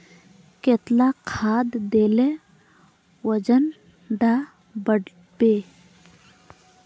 कतला खाद देले वजन डा बढ़बे बे?